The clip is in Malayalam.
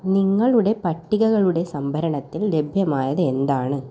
നിങ്ങളുടെ പട്ടികകളുടെ സംഭരണത്തിൽ ലഭ്യമായതെന്താണ്